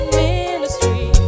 ministry